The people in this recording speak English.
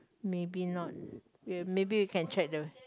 maybe not maybe you can check the